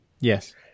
Yes